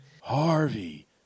Harvey